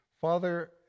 Father